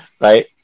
right